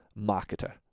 marketer